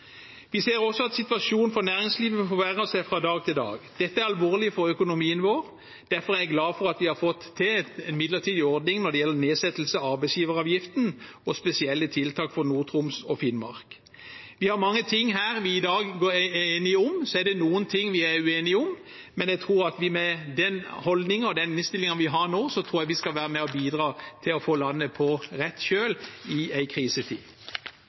Vi ser også at situasjonen for næringslivet forverrer seg fra dag til dag. Dette er alvorlig for økonomien vår. Derfor er jeg glad for at vi har fått til en midlertidig ordning med nedsettelse av arbeidsgiveravgiften og med spesielle tiltak for Nord-Troms og Finnmark. Vi har mange ting vi i dag er enige om, og så er det noen ting vi er uenige om, men med den holdningen og den innstillingen vi har nå, tror jeg vi skal være med og bidra til å få landet på rett kjøl i en krisetid.